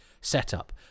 setup